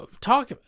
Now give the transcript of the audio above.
talk